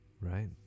Right